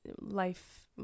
life